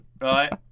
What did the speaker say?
Right